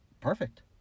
Perfect